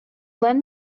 lend